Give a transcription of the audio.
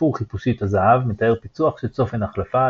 הסיפור "חיפושית הזהב" מתאר פיצוח של צופן החלפה,